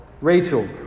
Rachel